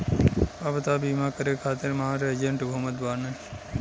अब तअ बीमा करे खातिर मार एजेन्ट घूमत बाने